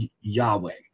Yahweh